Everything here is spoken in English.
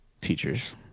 teachers